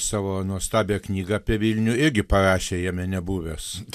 savo nuostabią knygą apie vilnių irgi parašė jame nebuvęs